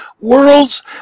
World's